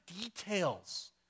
details